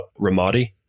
Ramadi